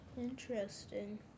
Interesting